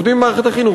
עובדים במערכת החינוך,